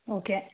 okay